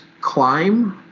climb